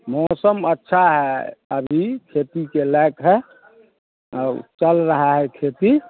मौसम अच्छा है अभी खेती के लायक है और चल रहा है खेती